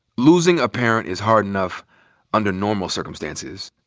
losing a parent is hard enough under normal circumstances.